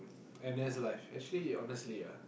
and that's life actually honestly ah